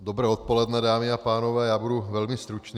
Dobré odpoledne, dámy a pánové, já budu velmi stručný.